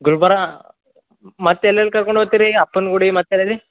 ಗುಲ್ಬರ್ಗಾ ಮತ್ತೆ ಎಲ್ಲೆಲ್ಲಿ ಕರ್ಕೊಂಡು ಹೋಗ್ತೀರಿ ಅಪ್ಪನ ಗುಡಿ ಮತ್ತೆ ಎಲ್ಲೆಲ್ಲಿ